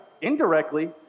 indirectly